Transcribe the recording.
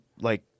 like-